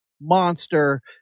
monster